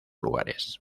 lugares